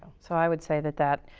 so, i would say that that,